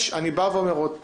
אני בא ואומר עוד פעם: